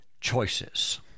choices